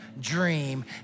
dream